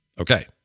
Okay